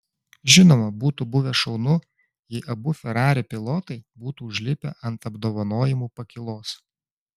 žinoma būtų buvę šaunu jei abu ferrari pilotai būtų užlipę ant apdovanojimų pakylos